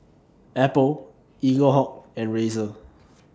Apple Eaglehawk and Razer